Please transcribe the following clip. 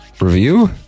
review